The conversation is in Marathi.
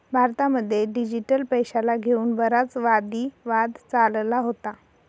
भारतामध्ये डिजिटल पैशाला घेऊन बराच वादी वाद चालला होता